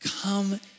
come